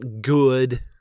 good